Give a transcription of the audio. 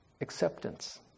acceptance